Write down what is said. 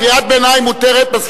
קריאת ביניים מותרת.